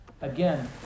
Again